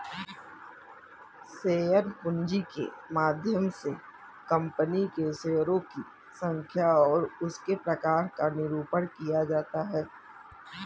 share पूंजी के माध्यम से कंपनी के शेयरों की संख्या और उसके प्रकार का निरूपण भी किया जाता है